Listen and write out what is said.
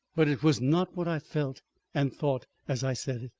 but it was not what i felt and thought as i said it.